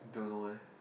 don't know eh